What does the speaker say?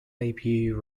debut